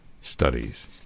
studies